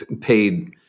paid